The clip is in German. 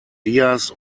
diaz